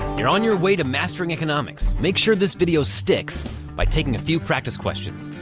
you're on your way to mastering economics. make sure this video sticks by taking a few practice questions.